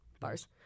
Bars